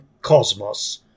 cosmos